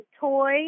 toy